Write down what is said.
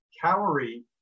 calorie